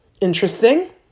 interesting